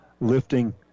lifting